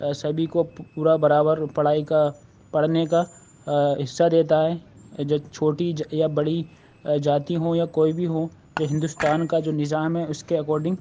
سبھی کو پورا برابر پڑھائی کا پڑھنے کا حصہ دیتا ہے جو چھوٹی یا بڑی جاتی ہوں یا کوئی بھی ہوں جو ہندوستان کا جو نظام ہے اس کے اکوڈنگ